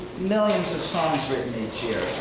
millions of songs written each year